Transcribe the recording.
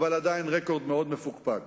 אבל עדיין רקורד מאוד מפוקפק.